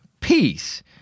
peace